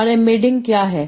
और एम्बेडिंग क्या है